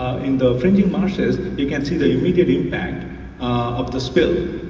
in the fringing marshes, you can see the immediate impact of the spill,